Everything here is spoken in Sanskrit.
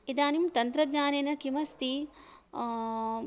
इदानीं तन्त्रज्ञानेन किमस्ति